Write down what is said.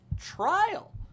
trial